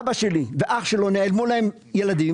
אבא שלי ואח שלי, נעלמו להם ילדים.